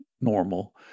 normal